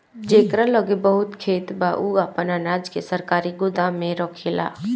जेकरा लगे बहुत खेत बा उ आपन अनाज के सरकारी गोदाम में रखेला